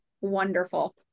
wonderful